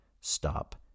stop